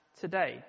today